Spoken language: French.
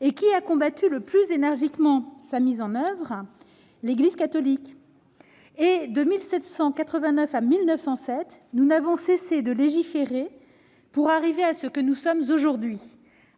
Qui a combattu le plus énergiquement sa mise en oeuvre ? L'Église catholique. De 1789 à 1907, nous n'avons cessé de légiférer pour arriver là où nous en sommes aujourd'hui :